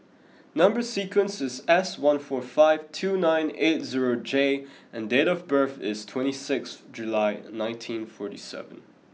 number sequence is S one four five two nine eight zero J and date of birth is twenty six July nineteen forty seven